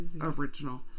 original